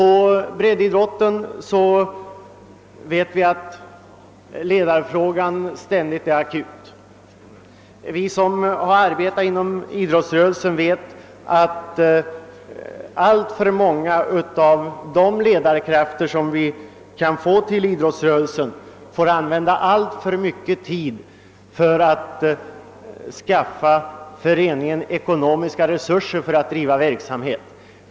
Inom breddidrotten är som bekant ledarbristen ständigt akut. Vi som arbetat inom idrottsrörelsen vet att alltför många av idrottens ledare får använda alltför mycket tid för att skaffa ekonomiska resurser för verksamheten.